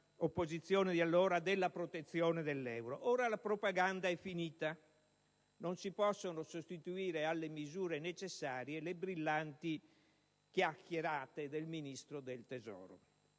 dell'opposizione di allora - «della protezione dell'euro». Ora la propaganda è finita. Non si possono sostituire alle misure necessarie le brillanti chiacchierate del Ministro dell'economia,